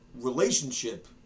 relationship